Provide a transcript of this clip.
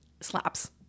slaps